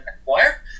acquire